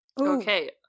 Okay